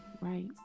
Right